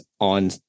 on